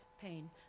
pain